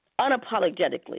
unapologetically